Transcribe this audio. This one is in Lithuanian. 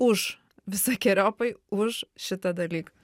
už visokeriopai už šitą dalyką